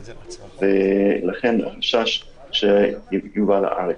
ולכן החשש שהוא ייובא לארץ.